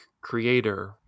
creator